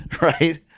right